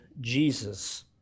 Jesus